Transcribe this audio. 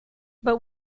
but